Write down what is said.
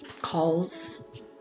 calls